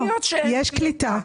יש קליטה.